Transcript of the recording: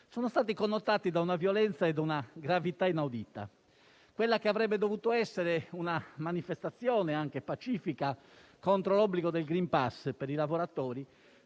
sono stati connotati da una violenza e da una gravità inaudita. Quella che avrebbe dovuto essere una manifestazione pacifica contro l'obbligo del *green* *pass* per i lavoratori